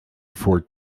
for